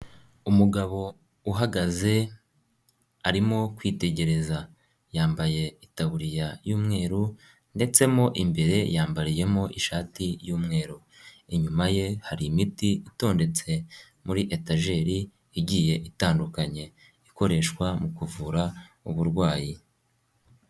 Umugabo uhagaze arimo kwitegereza yambaye itaburiya y'umweru ndetse mo imbere yambariyemo ishati y'umweru, inyuma ye hari imiti itondetse muri etajeri igiye itandukanye ikoreshwa mu kuvura uburwayi.